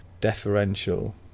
deferential